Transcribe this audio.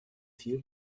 viel